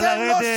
תומך טרור.